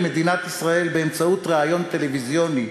מדינת ישראל באמצעות ריאיון טלוויזיוני,